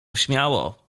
śmiało